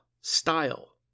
style